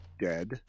dead